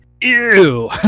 ew